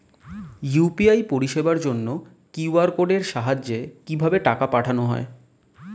UPI পরিষেবার জন্য QR কোডের সাহায্যে কিভাবে টাকা পাঠানো হয়?